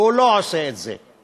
והוא לא עושה את זה.